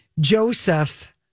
Joseph